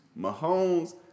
Mahomes